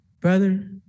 brother